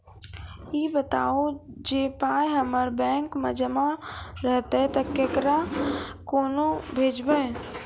ई बताऊ जे पाय हमर बैंक मे जमा रहतै तऽ ककरो कूना भेजबै?